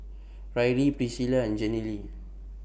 Riley Priscila and Jenilee